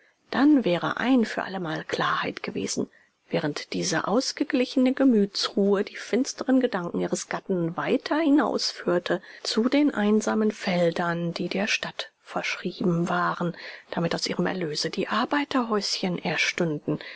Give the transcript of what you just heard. dann wäre ein für allemal klarheit gewesen während diese ausgeglichene gemütsruhe die finsteren gedanken ihres gatten weiter hinausführte zu den einsamen feldern die der stadt verschrieben waren damit aus ihrem erlöse die arbeiterhäuschen erstünden